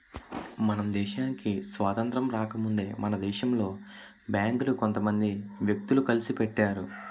మన దేశానికి స్వాతంత్రం రాకముందే మన దేశంలో బేంకులు కొంత మంది వ్యక్తులు కలిసి పెట్టారు